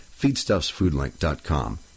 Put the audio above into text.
FeedstuffsFoodLink.com